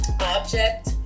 object